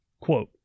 Quote